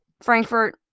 Frankfurt